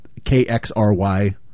KXRY